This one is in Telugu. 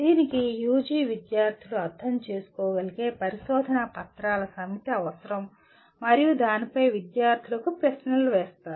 దీనికి యుజి విద్యార్థులు అర్థం చేసుకోగలిగే పరిశోధనా పత్రాల సమితి అవసరం మరియు దానిపై విద్యార్థులకు ప్రశ్నలు వేస్తారు